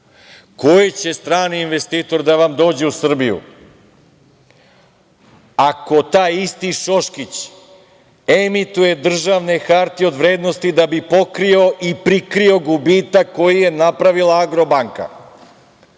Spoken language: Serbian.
Koji će strani investitor da vam dođe u Srbiju ako taj isti Šoškić emituje državne hartije od vrednosti da bi pokrio i prikrio gubitak koji je napravila „Agrobanka“?